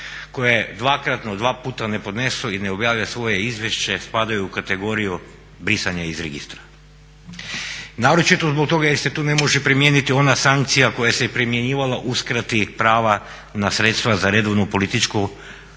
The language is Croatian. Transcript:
koje dvokratno dva puta ne podnesu i ne objave svoje izvješće spadaju u kategoriju brisanja iz registra. Naročito zbog toga je se tu ne može primijeniti ona sankcija koja se i primjenjivala u uskrati prava na sredstva za redovnu političku